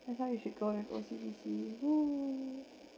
that's how you should go with O_C_B_C hmm